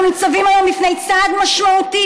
אנחנו ניצבים היום בפני צעד משמעותי,